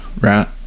right